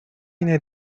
fine